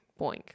Boink